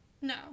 No